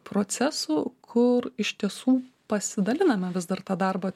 procesų kur iš tiesų pasidaliname vis dar tą darbą